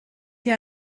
hier